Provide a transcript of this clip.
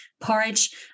porridge